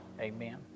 Amen